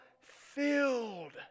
filled